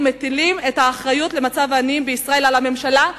ומטיל את האחריות למצב העניים בישראל על הממשלה.